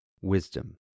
wisdom